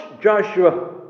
Joshua